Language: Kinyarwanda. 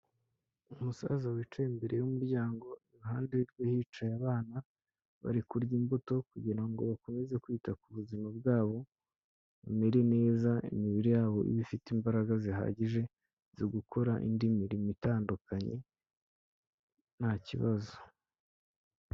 Umusaza wicaye imbere y'umuryango iruhande rwe hicaye abana bari kurya imbuto kugira ngo bakomeze kwita ku buzima bwabo bamere neza imibiri yabo ibe ifite imbaraga zihagije zo gukora indi mirimo itandukanye nta kibazo.